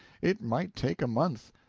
it might take a month.